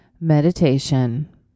Meditation